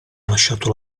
lasciato